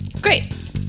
great